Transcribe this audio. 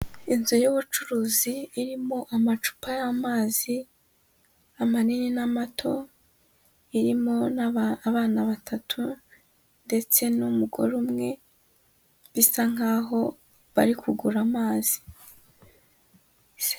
Inzu y'ubucuruzi irimo amacupa y'amazi, amanini n'amato, irimo n'abana batatu ndetse n'umugore umwe bisa nk'aho bari kugura amazi.